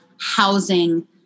housing